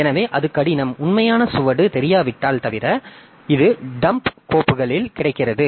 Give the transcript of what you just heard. எனவே அது கடினம் உண்மையான சுவடு தெரியாவிட்டால் தவிர இது டம்ப் கோப்புகளில் கிடைக்கிறது